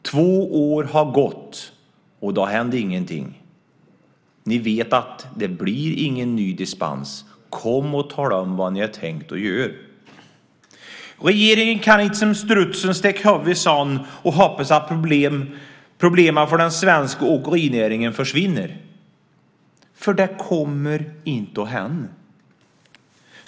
Två år har gått, och då hände ingenting. Ni vet att det inte blir någon ny dispens. Tala om vad ni har tänkt göra! Regeringen kan inte som strutsen sticka huvudet i sanden och hoppas att problemen för den svenska åkerinäringen försvinner. Det kommer inte att hända.